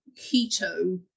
keto